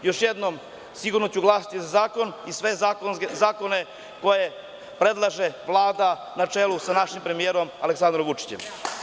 Još jednom, sigurno ću glasati za zakon i sve zakone koje predlaže Vlada na čelu sa našim premijerom Aleksandrom Vučićem.